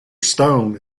stone